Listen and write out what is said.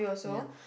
ya